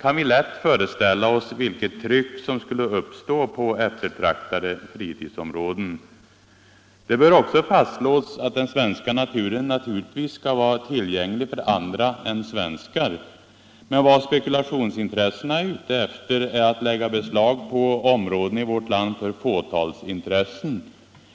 kan vi lätt föreställa oss vilket tryck som skulle uppstå på eftertraktade fritidsområden. Det bör också fastslås att den svenska naturen givetvis skall vara tillgänglig för andra än svenskar. Men vad spekulationsintressena är ute efter är att lägga beslag på områden i vårt land för fåtalsintressen.